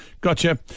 Gotcha